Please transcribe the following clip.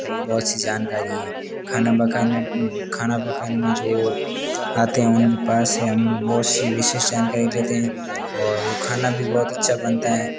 बहुत सी जानकारी है खाना पकाने खाना पकाने में जो आते हैं उन के पास से है हम बहुत सी विशेश जानकारी लेते हैं और वो खाना भी बहुत अच्छा बनता है